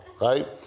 Right